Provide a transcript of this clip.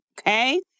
okay